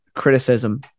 criticism